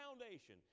foundation